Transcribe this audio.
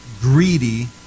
greedy